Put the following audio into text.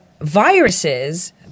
viruses